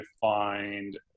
find